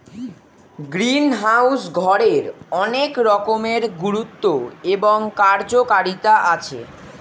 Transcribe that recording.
greenhouse ঘরের অনেক রকমের গুরুত্ব এবং কার্যকারিতা আছে